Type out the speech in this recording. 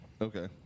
Okay